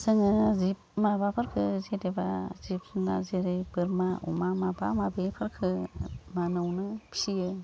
जोङो जि माबाफोरखौ जेनेबा जिब जुनार जेरै बोरमा अमा माबा माबिफोरखो मानावनो फियो